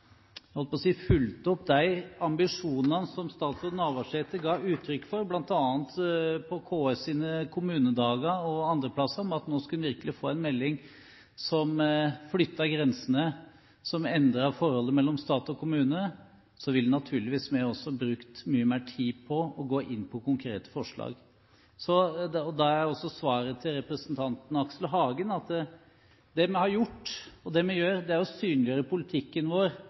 holdt på å si – fulgt opp de ambisjonene som statsråd Navarsete ga uttrykk for, bl.a. på KS’ kommunedager og andre steder, om at nå skulle en virkelig få en melding som flyttet grensene, som endret forholdet mellom stat og kommune, ville vi naturligvis brukt mye mer tid på å gå inn på konkrete forslag. Da er også svaret til representanten Aksel Hagen at det vi har gjort, og det vi gjør, er å synliggjøre politikken vår